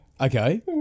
Okay